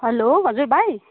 hello हजुर भाइ